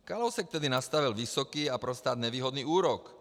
Kalousek tedy nastavil vysoký a naprosto nevýhodný úrok.